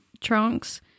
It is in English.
trunks